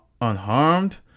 unharmed